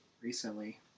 recently